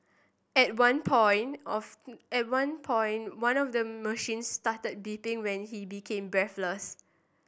at one point of at one point one of the machines started beeping when he became breathless